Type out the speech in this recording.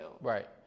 Right